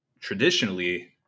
traditionally